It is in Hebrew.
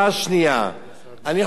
אני חושב שזוהי טעות.